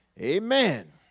Amen